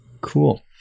Cool